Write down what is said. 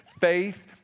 Faith